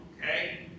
okay